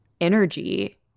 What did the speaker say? energy